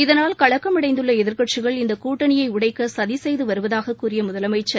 இதனால் களக்கமடைந்துள்ள எதிர்க்கட்சிகள் இந்தக் கூட்டணியை உடைக்க சதி செய்து வருவதாகக் கூறிய முதலமைச்சர்